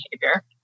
behavior